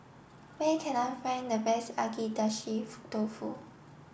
where can I find the best Agedashi Dofu